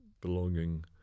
belonging